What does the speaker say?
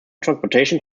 transportation